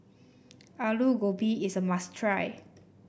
Alu Gobi is a must try